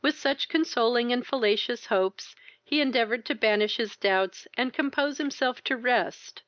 with such consoling and fallacious hopes he endeavoured to banish his doubts, and compose himself to rest,